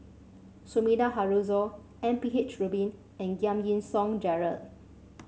Sumida Haruzo M P H Rubin and Giam Yean Song Gerald